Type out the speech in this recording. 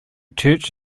church